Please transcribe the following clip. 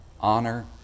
honor